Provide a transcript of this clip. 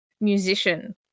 musician